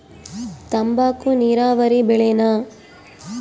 ತಂಬಾಕು ನೇರಾವರಿ ಬೆಳೆನಾ?